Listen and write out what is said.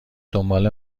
دنبال